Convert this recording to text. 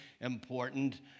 important